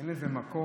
אין לזה מקור,